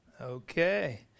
Okay